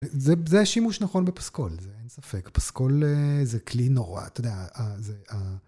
זה השימוש נכון בפסקול, אין ספק, פסקול זה כלי נורא, אתה יודע, זה ה...